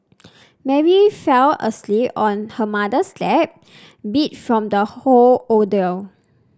Mary fell asleep on her mother's lap beat from the whole ordeal